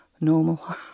normal